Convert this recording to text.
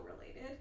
related